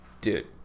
dude